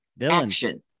Action